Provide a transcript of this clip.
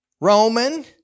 Roman